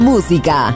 Música